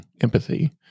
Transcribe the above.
empathy